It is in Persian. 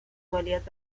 مالیات